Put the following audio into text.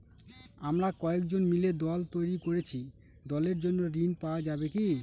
আমরা কয়েকজন মিলে দল তৈরি করেছি দলের জন্য ঋণ পাওয়া যাবে কি?